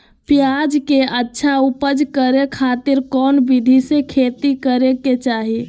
प्याज के अच्छा उपज करे खातिर कौन विधि से खेती करे के चाही?